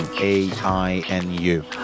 a-i-n-u